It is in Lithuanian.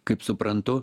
kaip suprantu